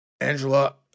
Angela